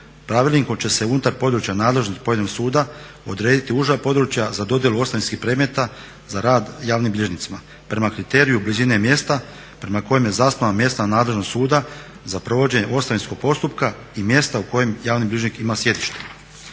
pravilnikom će se unutar područja nadležnosti pojedinog suda odrediti uža područja za dodjelu ostavinski predmeta za rad javnim bilježnicima prema kriteriju blizine mjesta prema kojem je zasnovana mjesna nadležnost suda za provođenje ostavinskog postupka i mjesta u kojem javni bilježnik ima sjedište.